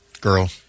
Girl